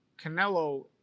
Canelo